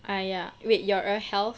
ah ya wait you are err health